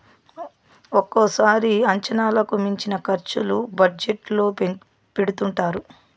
ఒక్కోసారి అంచనాలకు మించిన ఖర్చులు బడ్జెట్ లో పెడుతుంటారు